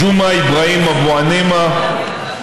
ג'ומעה אבראהים אבו גנימה,